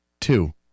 two